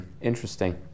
interesting